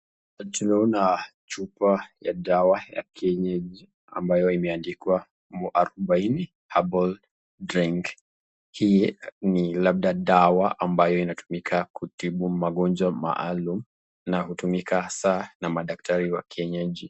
Tunaona chupa ya dawa ya kienyeji ambayo imeandikwa: Muarubaini Herbal Drink. Hii ni labda dawa ambayo inatumika kutibu magonjwa maalum na hutumika hasa na madaktari wa kienyeji.